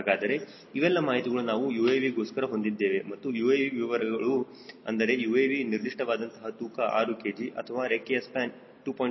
ಹಾಗಾದರೆ ಇವೆಲ್ಲ ಮಾಹಿತಿಗಳು ನಾವು UAVಗೋಸ್ಕರ ಹೊಂದಿದ್ದೇವೆ ಅಥವಾ UAV ವಿವರಗಳು ಅಂದರೆ UAV ನಿರ್ದಿಷ್ಟವಾದಂತಹ ತೂಕ 6 kg ಅಥವಾ ರೆಕ್ಕೆಯ ಸ್ಪ್ಯಾನ್ 2